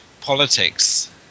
politics